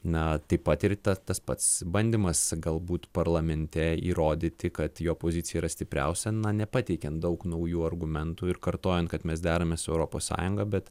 na taip pat ir ta tas pats bandymas galbūt parlamente įrodyti kad jo pozicija yra stipriausia nepateikiant daug naujų argumentų ir kartojant kad mes deramės su europos sąjunga bet